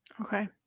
Okay